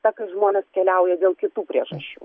ta kad žmonės keliauja dėl kitų priežasčių